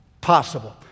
possible